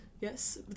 Yes